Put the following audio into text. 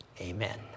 Amen